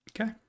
Okay